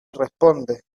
responde